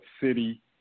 city